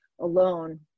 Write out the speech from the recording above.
alone